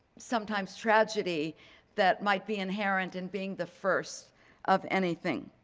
sometimes tragedy that might be inherent in being the first of anything.